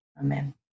Amen